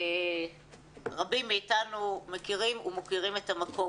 רבים מאיתנו מכירים ומוקירים את המקום.